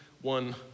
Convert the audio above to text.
one